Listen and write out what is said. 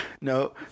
No